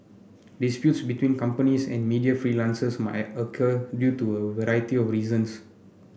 disputes between companies and media freelancers might occur due to a variety of reasons